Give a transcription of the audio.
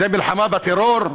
זה מלחמה בטרור?